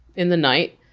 in the night,